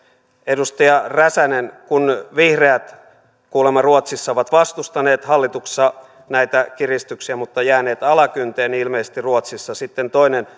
edustaja räsänen kun vihreät kuulemma ruotsissa ovat vastustaneet hallituksessa näitä kiristyksiä mutta jääneet alakynteen niin ilmeisesti ruotsissa sitten toinen